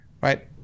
right